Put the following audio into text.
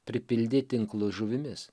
pripildė tinklus žuvimis